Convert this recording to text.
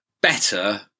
better